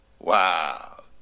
Wow